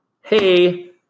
Hey